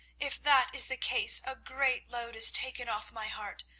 if that is the case, a great load is taken off my heart.